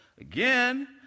Again